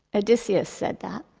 odysseus said that.